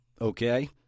Okay